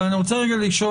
אבל אני רוצה רגע לשאול,